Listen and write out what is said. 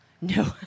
No